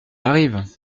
arrive